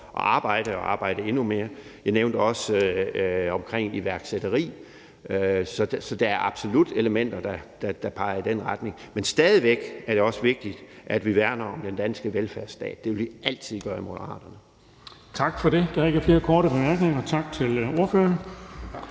at arbejde og arbejde endnu mere. Jeg nævnte også, at der er noget om iværksætteri. Så der er absolut elementer, der peger i den retning. Men det er stadig væk også vigtigt, at vi værner om den danske velfærdsstat. Det vil vi i Moderaterne altid gøre. Kl. 10:22 Den fg. formand (Erling Bonnesen): Tak for det. Der er ikke flere korte bemærkninger. Tak til ordføreren.